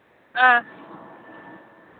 ꯑꯥ